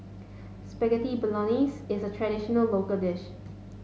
Spaghetti Bolognese is a traditional local dish